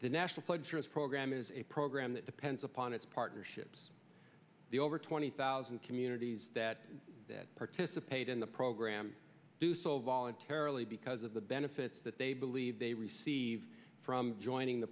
the national flood insurance program is a program that depends upon its partnerships the over twenty thousand communities that participate in the program do so voluntarily because of the benefits that they believe they receive from joining the